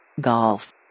Golf